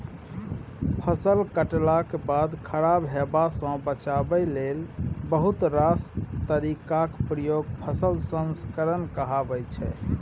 फसल कटलाक बाद खराब हेबासँ बचाबै लेल बहुत रास तरीकाक प्रयोग फसल संस्करण कहाबै छै